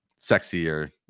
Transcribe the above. sexier